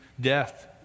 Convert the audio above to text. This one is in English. death